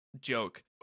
joke